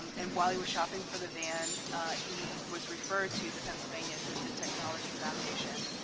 um and while he was shopping for the van he was referred to the pennsylvania assistive technology foundation.